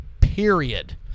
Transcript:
period